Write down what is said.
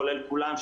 כולל כולם.